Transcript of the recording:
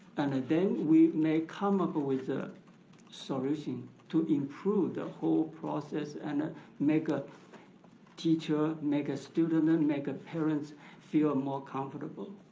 and then we may come up ah with a solution to improve the whole process and ah make ah teacher, make student and make ah parents feel more comfortable.